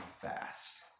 fast